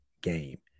game